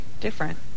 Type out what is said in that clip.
different